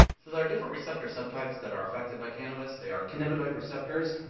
so there are different receptor subtypes that are affected by cannabis. they are cannabinoid receptors.